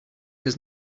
does